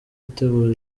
gutegura